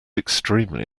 extremely